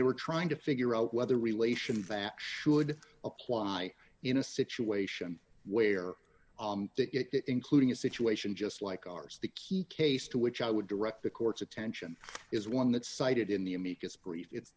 they were trying to figure out whether relation vachss should apply in a situation where it including a situation just like ours the key case to which i would direct the court's attention is one that cited in the amicus brief it's